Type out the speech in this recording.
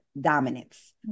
dominance